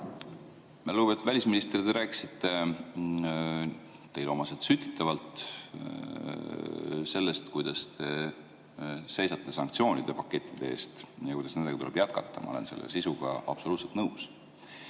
Lugupeetud välisminister! Te rääkisite teile omaselt sütitavalt sellest, kuidas te seisate sanktsioonide pakettide eest ja kuidas nendega tuleb jätkata. Ma olen selle sisuga absoluutselt nõus.